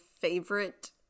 favorite